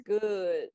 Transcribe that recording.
good